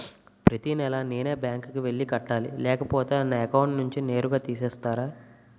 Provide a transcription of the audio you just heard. ప్రతి నెల నేనే బ్యాంక్ కి వెళ్లి కట్టాలి లేకపోతే నా అకౌంట్ నుంచి నేరుగా తీసేస్తర?